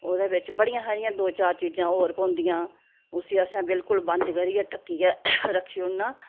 ओह्दे बिच्च बड़ियां सारियां दो चार चीजां होर पौंदियां उसी असें बिलकुल बंद करियै ढक्कियै रक्खी ओड़ना